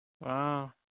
Wow